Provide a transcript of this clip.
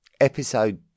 Episode